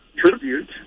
Tribute